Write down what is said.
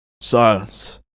Silence